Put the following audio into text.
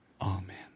Amen